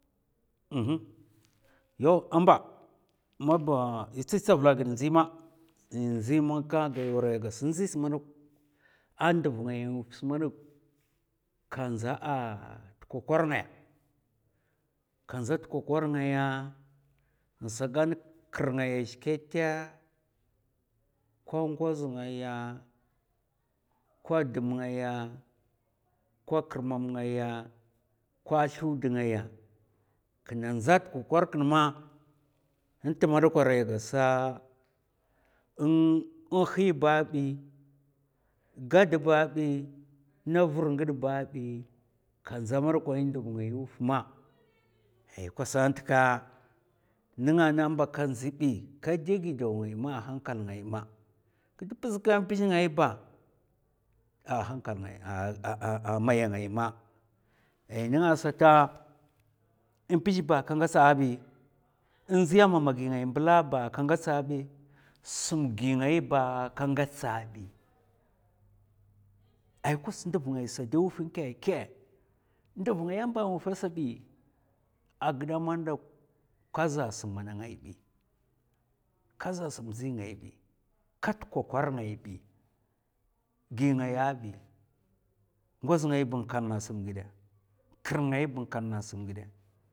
yaw a'mba maba è tsi tsavul gid nɗzi ma, nɗzi maka gayaw ngas madok a nɗv nènga ya wufs madok, ka ndza'a ta kokwar ngaya. Ka ndza'a ta kokwar ngaya, nasa gan kir ngaya zhè kash kata ko ngoz ngaya, ko dum ngaya, ko kirmam ngaya, ko slud ngaya. kina ndza t'kokwar kin ma nt madakwa arai gasa nhi ba bi, gad ba bi, na vr ngèd ba bi, ka ndza madok nduv ngaya wuf ma ai kwasa ntka. nènga na ka'mba ka ndzi bi, kè dè gidaw ngay ma a hankal ngay ma. kda mpzè ka mpzè ngay ba a hankal a maya ngay ma, a nènga sata mpzè ba ka ngatsa bi, nɗzi ya mamagi ngaymbala ba ka ngatsa bi, sm gi ngay ba ka ngatsa bi. ai kwas nduv ngay sa da wuf nkèkè? Nduv ngaya mba wufè sabi a gidè man dok, ka za sam mana ngay bi, ka za sam ndzi ngay bi, kat kokor ngai bi, gi ngaya bi, ngoz ngai ba n'kalna sm ghidè.